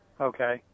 Okay